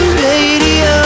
radio